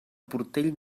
portell